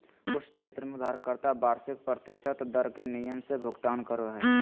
कुछ क्षेत्र में उधारकर्ता वार्षिक प्रतिशत दर के नियम से भुगतान करो हय